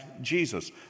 Jesus